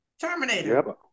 Terminator